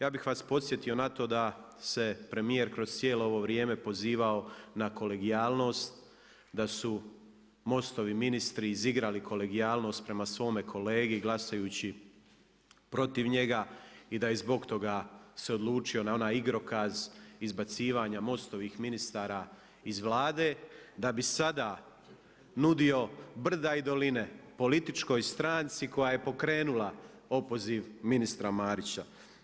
Ja bih vas podsjetio na to da se premijer kroz cijelo ovo vrijeme pozivao na kolegijalnost, da su MOST-ovi ministri izigrali kolegijalnost prema svome kolegi glasajući protiv njega i da se zbog toga odlučio na onaj igrokaz izbacivanja MOST-ovih ministara iz Vlade, da bi sada nudio brda i doline političkoj stranci koja je pokrenula opoziv ministra Marića.